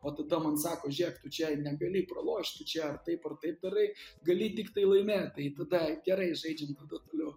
o tada man sako žėk tu čia negali pralošt tu čia taip ar taip darai gali tiktai laimėt tai tada gerai žaidžiam tada toliau